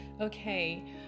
Okay